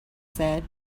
said